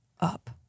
up